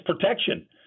protection